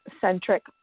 centric